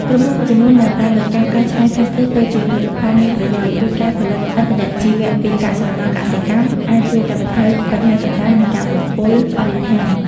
ក្រុមហ៊ុនមួយចំនួនដែលផ្តោតលើការកែច្នៃប្លាស្ទិកទៅជាផលិតផលមានប្រយោជន៍ ឬការផលិតឥន្ធនៈជីវៈពីកាកសំណល់កសិកម្ម អាចជួយកាត់បន្ថយបញ្ហាសំរាម និងការបំពុលបរិស្ថាន។